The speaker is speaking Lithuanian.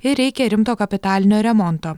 ir reikia rimto kapitalinio remonto